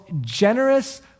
generous